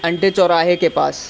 انٹے چوراہے کے پاس